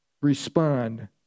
respond